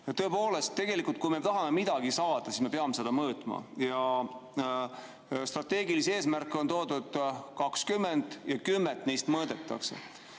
Tõepoolest, kui me tahame midagi saada, siis me peame seda mõõtma. Strateegilisi eesmärke on toodud 20 ja kümmet neist mõõdetakse.